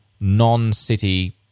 non-city